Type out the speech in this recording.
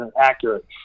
accurate